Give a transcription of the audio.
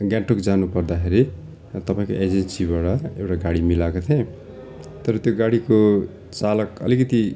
गान्तोक जानु पर्दाखेरि तपाईँको एजेन्सीबाट एउटा गाडी मिलाएको थिएँ तर त्यो गाडीको चालक अलिकति